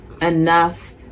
enough